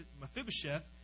Mephibosheth